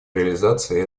реализации